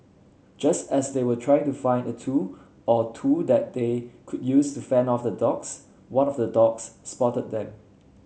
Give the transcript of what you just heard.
just as they were trying to find a tool or two that they could use to fend off the dogs one of the dogs spotted them